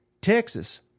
Texas